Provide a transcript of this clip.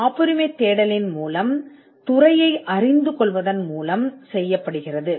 காப்புரிமை தேடல் மூலம் புலத்தைப் புரிந்துகொள்வதன் மூலம் இது செய்யப்படுகிறது